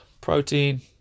protein